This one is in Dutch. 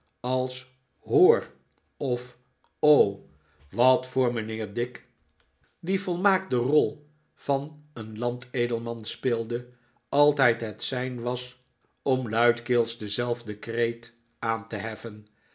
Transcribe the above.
als hoor of wat voor mijnheer dick die volmaakt de rol van een land edelman speelde altijd het sein was om luidkeels denzelfden kreet aan te heffen